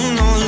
no